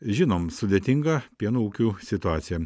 žinom sudėtingą pieno ūkių situaciją